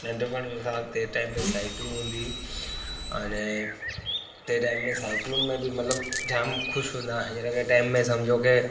नंढिपण में असां ते टाइम में साइकलू हूंदी हुई अने ते टाइम में साइकलुन में बि मतिलबु जाम ख़ुशि हूंदा हीअंर टाइम में सम्झो की